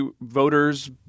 voters